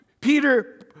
Peter